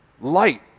Light